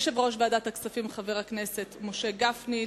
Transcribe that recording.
יושב-ראש ועדת הכספים, חבר הכנסת משה גפני.